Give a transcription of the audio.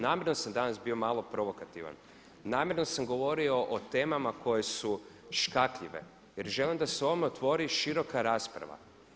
Namjerno sam danas bio malo provokativan, namjerno sam govorio o temama koje su škakljive jer želim da se o ovome otvori široka rasprava.